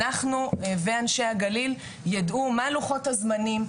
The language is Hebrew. אנחנו ואנשי הגליל ידעו מה לוחות הזמנים,